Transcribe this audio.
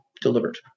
delivered